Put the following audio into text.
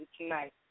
tonight